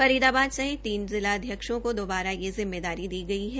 फरीदाबाद सहित तीन जिलाध्यक्षों को दोबारा यह जिम्मेदारी दी गई है